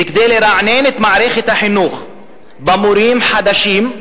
וכדי לרענן את מערכת החינוך במורים חדשים,